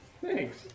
Thanks